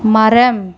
மரம்